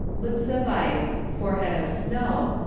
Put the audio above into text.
lips of ice, forehead of snow,